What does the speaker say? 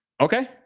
Okay